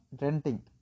renting